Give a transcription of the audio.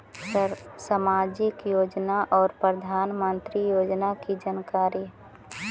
समाजिक योजना और प्रधानमंत्री योजना की जानकारी?